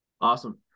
Awesome